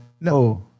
No